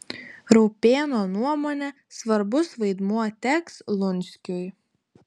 raupėno nuomone svarbus vaidmuo teks lunskiui